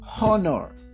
honor